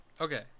Okay